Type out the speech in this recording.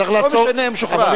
לא משנה אם הוא שוחרר.